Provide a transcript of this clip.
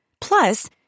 Plus